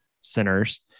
centers